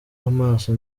amaso